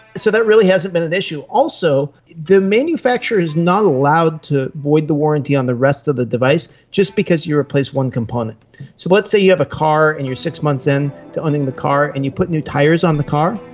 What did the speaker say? so that really hasn't been an issue. also the manufacturer is not allowed to void the warranty on the rest of the device just because you replace one component. so let's say you have a car and you are six months in to owning the car and you put new tyres on the car,